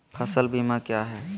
फ़सल बीमा क्या है?